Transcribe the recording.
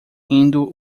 rindo